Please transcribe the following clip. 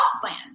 plan